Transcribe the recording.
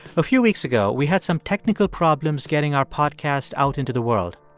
a few weeks ago, we had some technical problems getting our podcast out into the world.